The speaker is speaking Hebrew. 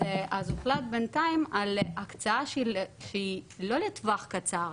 אז הוחלט בינתיים על הקצאה שהיא לא לטווח קצר,